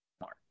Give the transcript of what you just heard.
mark